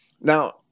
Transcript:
now